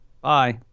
Bye